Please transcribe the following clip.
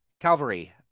Calvary